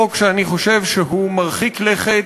חוק שאני חושב שהוא מרחיק לכת,